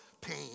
pain